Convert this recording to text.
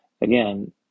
again